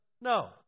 No